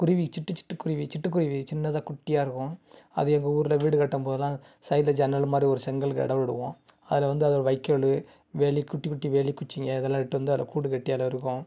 குருவி சிட்டு சிட்டு குருவி சிட்டு குருவி சின்னதாக குட்டியாக இருக்கும் அது எங்கள் ஊரில் வீடு கட்டும்போதெல்லாம் சைடில் ஜன்னல் மாதிரி ஒரு செங்கல்லுக்கு இடவிடுவோம் அதில் வந்து அது வைக்கோல் வேலி குட்டி குட்டி வேலி குச்சிங்கள் இதெல்லாம் எடுத்து வந்து கூடு கட்டி அதில் இருக்கும்